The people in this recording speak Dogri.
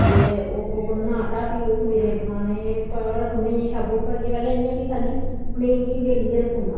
ते ओह् कड्डना आटा फी ओह् खमीरे बनाने तवे पर रक्खू उड़ने पैहले छाबे च भरिये पैहला इयां कि खाली उनेंगी बेलियै रक्खू उड़ना